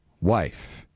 wife